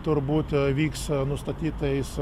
turbūt vyks nustatytais